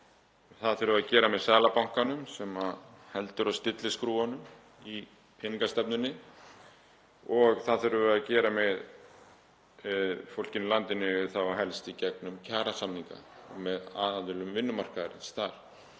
Það þurfum við að gera með Seðlabankanum sem heldur á stilliskrúfunum í peningastefnunni og það þurfum við að gera með fólkinu í landinu, þá helst í gegnum kjarasamninga, og með aðilum vinnumarkaðarins þar,